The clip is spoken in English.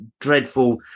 dreadful